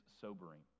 sobering